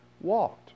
walked